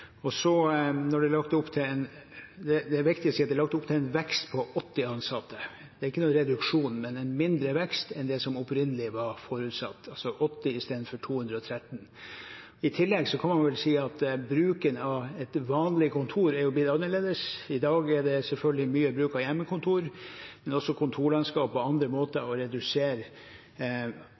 Så er det viktig å si at det er lagt opp til en vekst på 80 ansatte. Det er ikke noen reduksjon, men en mindre vekst enn det som opprinnelig var forutsatt, altså 80 istedenfor 213. I tillegg kan man vel si at bruken av et vanlig kontor er blitt annerledes. I dag er det selvfølgelig mye bruk av hjemmekontor, men også kontorlandskap og andre måter å redusere